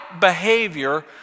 behavior